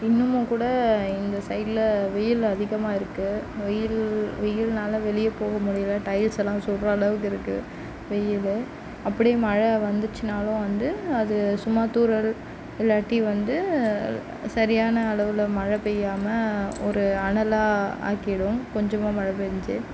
இன்னுமும் கூட இந்த சைடில் வெயில் அதிகமாக இருக்குது வெயில் வெயில்னால் வெளியே போகமுடியல டைல்ஸ் எல்லாம் சுடுகிற அளவுக்கு இருக்குது வெயில் அப்படியும் மழை வந்துச்சுனாலும் வந்து அது சும்மா தூறல் இல்லாட்டி வந்து சரியான அளவில் மழை பெய்யாமல் ஒரு அனலாக ஆக்கிடும் கொஞ்சமாக மழைப் பெஞ்சி